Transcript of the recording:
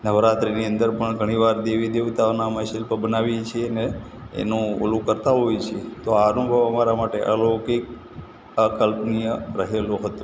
નવરાત્રિની અંદર પણ ઘણીવાર દેવી દેવતાઓનાં અમે શિલ્પ બનાવીએ છીએ ને એનું ઓલું કરતા હોઇએ છીએ તો આ અનુભવ અમારા માટે અલૌકિક અકલ્પનિય રહેલો હતો